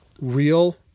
real